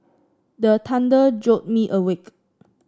the thunder jolt me awake